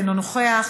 אינו נוכח,